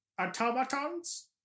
automatons